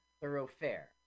Thoroughfare